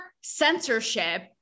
censorship